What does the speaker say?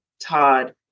Todd